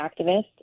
activists